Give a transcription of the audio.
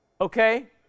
okay